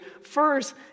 First